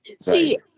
See